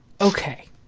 Okay